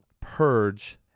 Purge